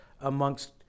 amongst